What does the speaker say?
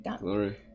glory